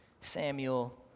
Samuel